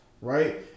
right